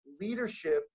Leadership